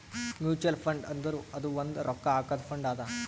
mutual fund ಅಂದುರ್ ಅದು ಒಂದ್ ರೊಕ್ಕಾ ಹಾಕಾದು ಫಂಡ್ ಅದಾ